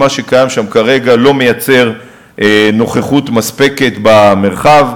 מה שקיים שם כרגע לא מייצר נוכחות מספקת במרחב.